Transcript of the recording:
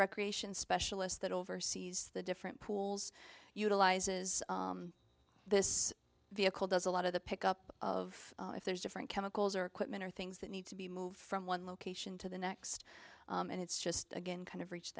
recreation specialist that oversees the different pools utilizes this vehicle does a lot of the pick up of if there's different chemicals or equipment or things that need to be moved from one location to the next and it's just again kind of reach